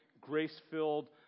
grace-filled